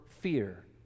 fear